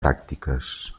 pràctiques